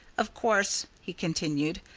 of course, he continued,